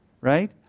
right